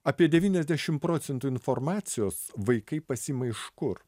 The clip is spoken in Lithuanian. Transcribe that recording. apie devyniasdešim procentų informacijos vaikai pasiima iš kur